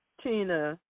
Tina